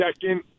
second